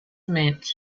meant